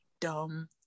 dumb